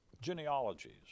genealogies